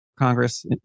congress